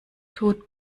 tut